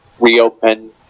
reopen